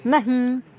نہیں